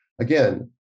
Again